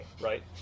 right